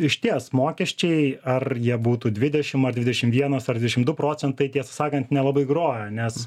išties mokesčiai ar jie būtų dvidešim ar dvidešim vienas ar dvidešim du procentai tiesą sakant nelabai groja nes